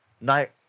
night